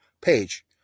page